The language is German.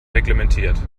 reglementiert